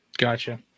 Gotcha